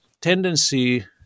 tendency